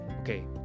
okay